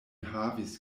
havis